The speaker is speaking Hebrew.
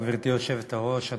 גברתי היושבת-ראש,